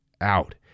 out